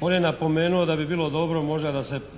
On je napomenuo da bi bilo dobro možda da se